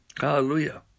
Hallelujah